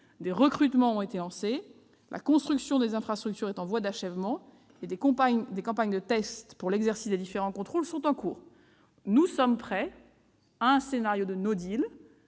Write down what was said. Des recrutements ont été lancés, la construction des infrastructures est en voie d'achèvement et des campagnes de tests pour l'exercice des différents contrôles sont en cours. Nous sommes donc prêts s'il faut nous